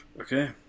okay